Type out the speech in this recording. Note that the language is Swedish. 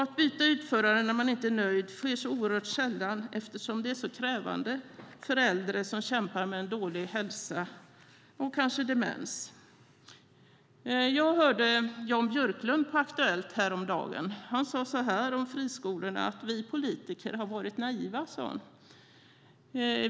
Att byta utförare när de inte är nöjda sker så oerhört sällan eftersom det är så krävande för äldre som kämpar med en dålig hälsa eller demens. Jag hörde Jan Björklund på Aktuellt häromdagen. Han sade om friskolorna: Vi politiker har varit naiva.